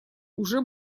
уже